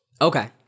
Okay